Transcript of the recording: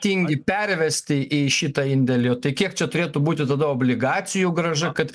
tingi pervesti į šitą indėlį tai kiek čia turėtų būti tada obligacijų grąža kad